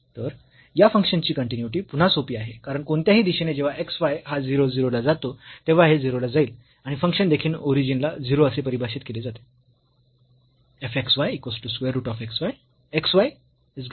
तर या फंक्शन ची कन्टीन्यूइटी पुन्हा सोपी आहे कारण कोणत्याही दिशेने जेव्हा x y हा 0 0 ला जातो तेव्हा हे 0 ला जाईल आणि फंक्शन देखील ओरिजिन ला 0 असे परिभाषित केले जाते